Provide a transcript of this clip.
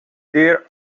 there